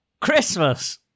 Christmas